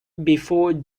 before